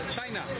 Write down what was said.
China